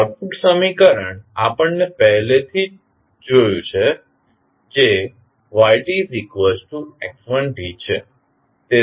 output સમીકરણ આપણે પહેલેથી જ જોયું છે જે yx1 છે